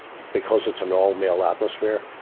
because it's an all-male atmosphere,